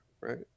right